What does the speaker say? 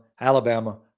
Alabama